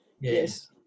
Yes